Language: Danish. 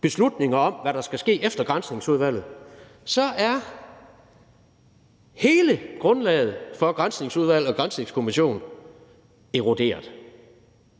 beslutninger om, hvad der skal ske efter Granskningsudvalgets arbejde, så er hele grundlaget for et Granskningsudvalg og en granskningskommission eroderet.